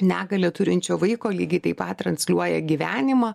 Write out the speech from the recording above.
negalią turinčio vaiko lygiai taip pat transliuoja gyvenimą